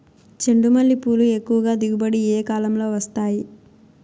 చెండుమల్లి పూలు ఎక్కువగా దిగుబడి ఏ కాలంలో వస్తాయి